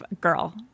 Girl